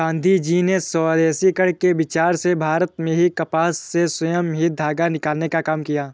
गाँधीजी ने स्वदेशीकरण के विचार से भारत में ही कपास से स्वयं ही धागा निकालने का काम किया